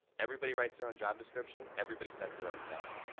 everybody writes their own job description, everybody sets their own salary.